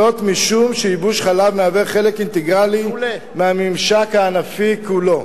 זאת משום שייבוש חלב מהווה חלק אינטגרלי מהממשק הענפי כולו.